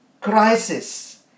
crisis